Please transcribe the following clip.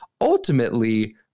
ultimately